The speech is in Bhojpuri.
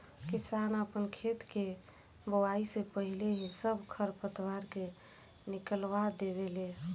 किसान आपन खेत के बोआइ से पाहिले ही सब खर पतवार के निकलवा देवे ले